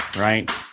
right